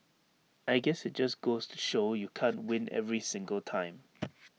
I guess IT just goes to show you can't win every single time